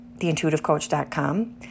theintuitivecoach.com